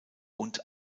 und